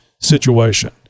situation